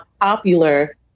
popular